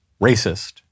racist